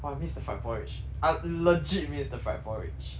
!wah! I miss the fried porridge I legit miss the fried porridge